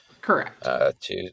Correct